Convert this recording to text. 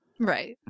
Right